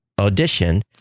audition